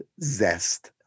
zest